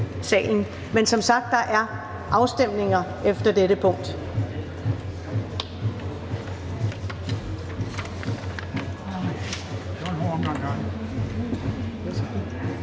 er som sagt afstemninger efter dette punkt.